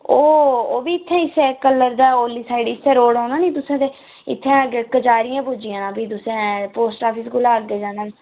ओह् ओह् बी इत्थै इस्सै कल्लर दा उरली साइड इस्सेे रोड औना नी तुसें ते इत्थें अग्गें कचैह्ररियै पुज्जी जाना फ्ही तुसें पोस्ट आफिस कोला अग्गें जाना